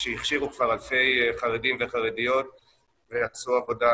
שהכשירו כבר אלפי חרדים וחרדיות ועשו עבודה